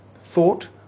Thought